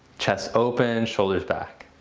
chest open shoulders back.